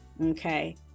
Okay